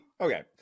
Okay